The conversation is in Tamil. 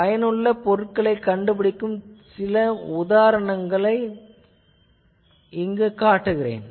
புதைந்துள்ள பொருட்களை கண்டுபிடிக்கும் நுட்பத்தை உதாரணங்கள் மூலம் காட்டுகிறேன்